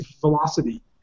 velocity